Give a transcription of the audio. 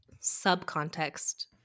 subcontext